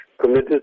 committed